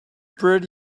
pretty